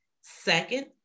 Second